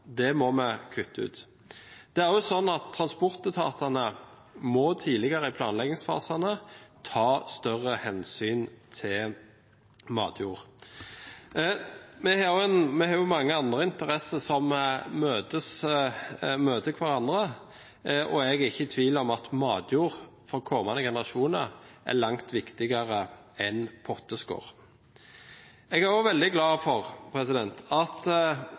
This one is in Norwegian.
Det må vi kutte ut. Transportetatene må også tidligere i planleggingsfasene ta større hensyn til matjord. Vi har også mange andre interesser som møter hverandre, og jeg er ikke i tvil om at for kommende generasjoner er matjord langt viktigere enn potteskår. Jeg er også veldig glad for at komiteen i sin innstilling har satt de avbøtende tiltakene og nydyrking litt lenger ned på sin liste – at